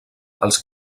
els